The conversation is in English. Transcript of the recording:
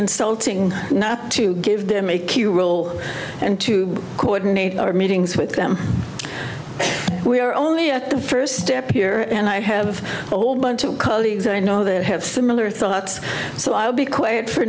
insulting to give them a key role and to coordinate our meetings with them we are only at the first step year and i have a whole bunch of colleagues i know that have similar thoughts so i'll be quiet for